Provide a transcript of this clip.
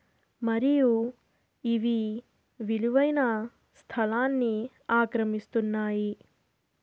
మరియు ఇవి విలువైన స్థలాన్ని ఆక్రమిస్తున్నాయి